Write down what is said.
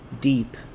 deep